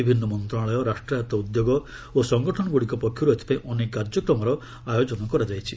ବିଭିନ୍ନ ମନ୍ତ୍ରଣାଳୟ ରାଷ୍ଟ୍ରାୟତ୍ତ ଉଦ୍ୟୋଗ ଓ ସଙ୍ଗଠନଗୁଡ଼ିକ ପକ୍ଷରୁ ଏଥିପାଇଁ ଅନେକ କାର୍ଯ୍ୟକ୍ରମର ଆୟୋଜନ କରାଯାଇଛି